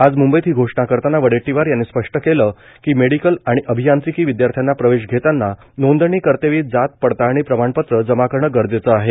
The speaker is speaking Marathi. आज म्ंबईत ही घोषणा करताना वडेट्टीवार यांनी स्पष्ट केले की मेडिकल आणि अभियांत्रिकी विदयार्थ्यांना प्रवेश घेताना नोंदणी करतेवेळी जात पडताळणी प्रमाणपत्र जमा करणे गरजेचे आहे